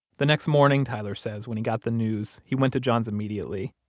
the next morning, tyler says, when he got the news, he went to john's immediately.